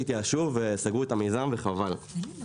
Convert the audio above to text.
לצד ההצלחות האדירות של ההייטק הישראלי